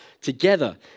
together